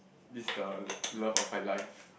this the love of my life